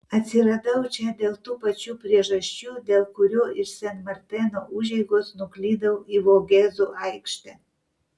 atsiradau čia dėl tų pačių priežasčių dėl kurių iš sen marteno užeigos nuklydau į vogėzų aikštę